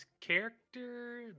character